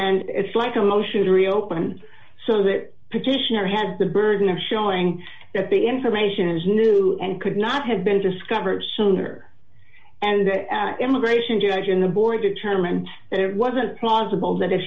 and it's like a motion to reopen so that petitioner has the burden of showing that the information is new and could not have been discovered sooner and the immigration judge in the board determined that it wasn't